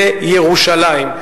לירושלים.